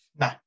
No